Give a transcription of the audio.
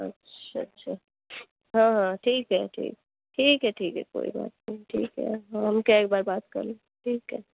اچھا اچھا ہاں ہاں ٹھیک ہے ٹھیک ٹھیک ہے ٹھیک ہے کوئی بات نہیں ٹھیک ہے ہم کہے ایک بار بات کر لیں ٹھیک ہے